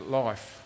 life